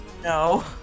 no